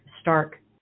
stark